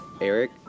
Eric